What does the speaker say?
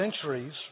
centuries